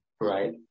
right